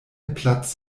platz